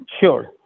sure